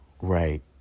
right